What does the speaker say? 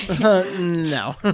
No